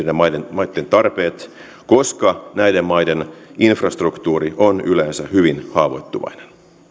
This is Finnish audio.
maiden tarpeet koska näiden maiden infrastruktuuri on yleensä hyvin haavoittuvainen